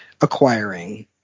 acquiring